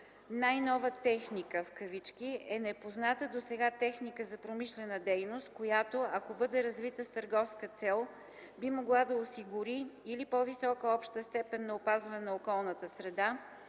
„Най-нова техника“ е непозната досега техника за промишлена дейност, която, ако бъде развита с търговска цел, би могла да осигури или по-висока обща степен на опазване на околната среда,